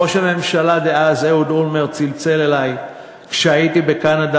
ראש הממשלה דאז אהוד אולמרט צלצל אלי כשהייתי בקנדה